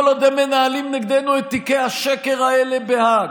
עוד הם מנהלים נגדנו את תיקי השקר האלה בהאג.